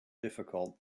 difficult